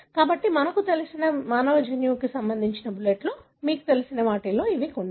కాబట్టి మనకు తెలిసిన మానవ జన్యువుకు సంబంధించిన బుల్లెట్లు మీకు తెలిసిన వాటిలో కొన్ని ఇవి